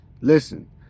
Listen